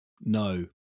No